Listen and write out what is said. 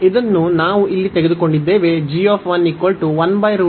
ಇದನ್ನು ನಾವು ಇಲ್ಲಿ ತೆಗೆದುಕೊಂಡಿದ್ದೇವೆ g 1